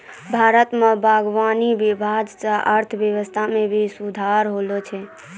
भारत मे बागवानी विभाग से अर्थव्यबस्था मे भी सुधार होलो छै